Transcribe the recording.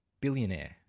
billionaire